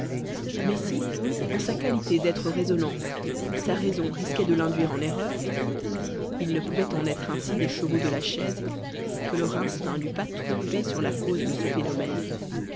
mais si en sa qualité d'être raisonnant sa raison risquait de l'induire en erreur il ne pouvait en être ainsi des chevaux de la chaise que leur instinct n'eût pas trompés sur la cause de ce phénomène